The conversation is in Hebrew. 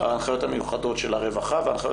ההנחיות המיוחדות של הרווחה וההנחיות